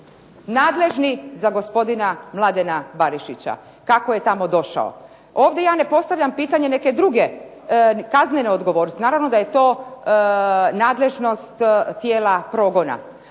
nadležni za gospodina Mladena Barišića, kako je tamo došao. Ovdje ja ne postavljam pitanje neke druge kaznene odgovornosti. Naravno da je to nadležnost tijela progona,